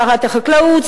שרת החקלאות,